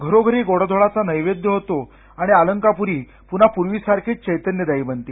घरोघरी गोडाधोडाचा नैवदय होतो आणि अलंकापुरी पुन्हा पूर्वीसारखीच चैतन्यदायी बनते